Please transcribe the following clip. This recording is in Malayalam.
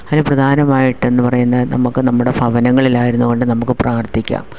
അതിന് പ്രധാനമായിട്ട് എന്ന് പറയുന്ന നമുക്ക് നമ്മുടെ ഭവനങ്ങളിലായിരുന്നു കൊണ്ട് നമുക്ക് പ്രാർത്ഥിക്കാം